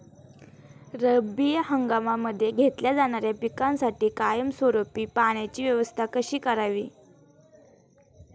रब्बी हंगामामध्ये घेतल्या जाणाऱ्या पिकांसाठी कायमस्वरूपी पाण्याची व्यवस्था कशी करावी?